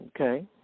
Okay